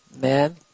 man